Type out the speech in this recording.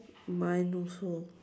mine also